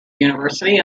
university